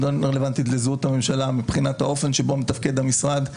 רלוונטי לזהות הממשלה מבחינת האופן שבו מתפקד המשרד,